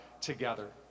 together